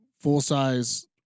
full-size